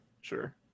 Sure